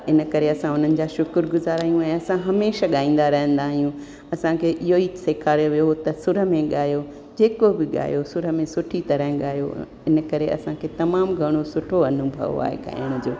इनकरे असां उन्हनि जा शुक्रगुज़ारु आहियूं ऐं असां हमेशह ॻाईंदा रहंदा आहियूं असांखे इहो ई सेखारियो वियो हुओ त सूर में ॻायो जेको बि ॻायो सूर में सुठी तरह ॻायो इनकरे असांखे तमामु घणो सुठो अनुभव आहे ॻाइण जो